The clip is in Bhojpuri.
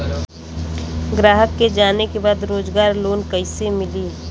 ग्राहक के जाने के बा रोजगार लोन कईसे मिली?